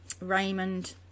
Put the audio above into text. Raymond